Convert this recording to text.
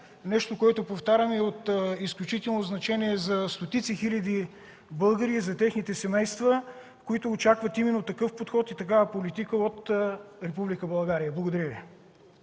нещо, което, повтарям, е от изключително значение за стотици хиляди българи и за техните семейства, които очакват именно такъв подход и такава политика от Република България. Благодаря Ви.